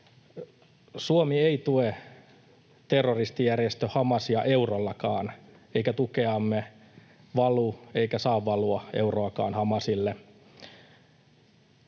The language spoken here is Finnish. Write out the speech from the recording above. Suomi ei tue terroristijärjestö Hamasia eurollakaan, eikä tukeamme valu eikä saa valua euroakaan Hamasille.